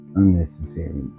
unnecessary